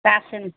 তা আসেন